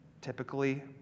typically